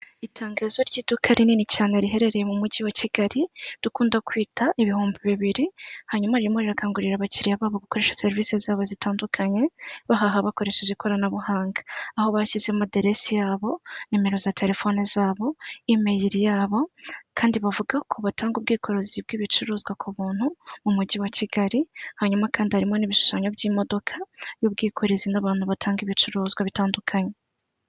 Itangazo ry'iduka rinini cyane riherereye mu mujyi wa Kigali, dukunda kwita ibihumbi bibiri, hanyuma ririmo rirakangurira abakiriya babo gukoresha serivisi zabo zitandukanye, bahaha bakoresheje ikoranabuhanga, aho bashyizemo aderesi yabo, nimero za telefone zabo, imeri yabo kandi bavuga ko batanga ubwikorezi bw'ibicuruzwa ku buntu, mu mujyi wa Kigali, hanyuma kandi harimo n'ibishushanyo by'imodoka y'ubwikorezi n'abantu batanga ibicuruzwa bitandukanye.